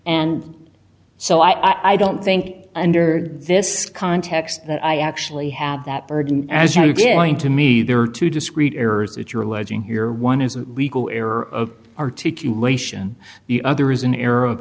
and so i don't think under this context that i actually have that burden as how you get going to me there are two discrete errors that you're alleging here one is a legal error of articulation the other is an